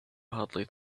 hardly